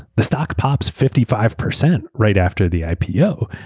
the stocks pops fifty five percent right after the ipo.